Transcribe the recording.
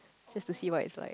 just to see what it's like